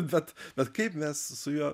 bet bet kaip mes su juo